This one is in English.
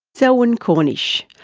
selwyn cornish,